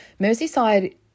Merseyside